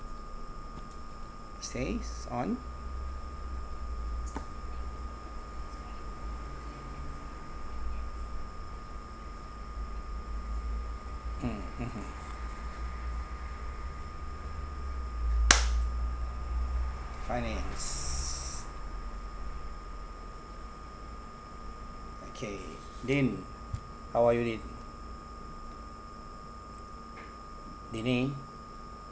says on mm mmhmm finance okay din how are you din dini